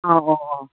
ꯑꯧ ꯑꯧ ꯑꯧ